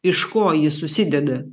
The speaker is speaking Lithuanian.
iš ko jis susideda